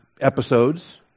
episodes